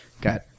got